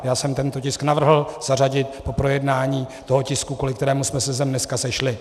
Já jsem tento tisk navrhl zařadit po projednání tisku, kvůli kterému jsme se dneska sešli.